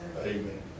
Amen